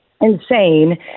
insane